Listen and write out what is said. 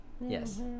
Yes